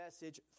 message